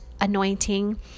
anointing